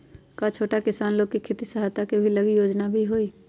का छोटा किसान लोग के खेती सहायता के लगी कोई योजना भी हई?